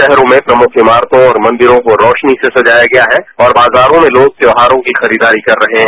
शहरों में प्रमुखइमारतों और मंदिरों को रोशनी से सजाया गया है और बाजारों में लोग त्यौहारों की खरीदारीकर रहे हैं